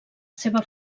seva